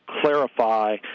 clarify